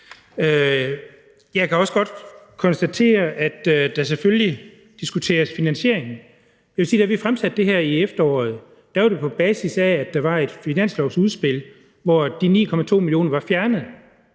Jeg kan også godt konstatere, at der selvfølgelig diskuteres finansiering. Jeg vil sige, at da vi fremsatte det her forslag i efteråret, var det på basis af, at der var et finanslovsudspil, hvor de 9,2 mio. kr. var fjernet